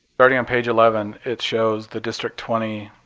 starting on page eleven, it shows the district twenty